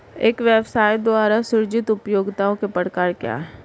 एक व्यवसाय द्वारा सृजित उपयोगिताओं के प्रकार क्या हैं?